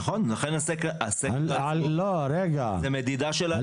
נכון, לכן הסקר הוא מדידה של הנכס.